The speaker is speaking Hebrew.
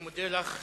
אני מודה לך,